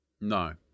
No